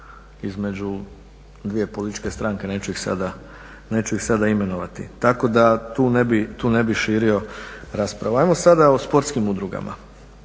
između dvije političke stranke, neću ih sada imenovati. Tako da tu ne bih širio raspravu. Ajmo sada o sportskim udrugama.